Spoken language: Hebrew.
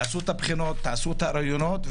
תעשו את הבחינות ואת הראיונות,